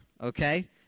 okay